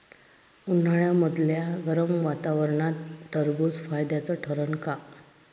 उन्हाळ्यामदल्या गरम वातावरनात टरबुज फायद्याचं ठरन का?